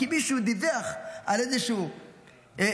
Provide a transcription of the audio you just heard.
כי מישהו דיווח על איזה המולה,